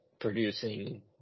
producing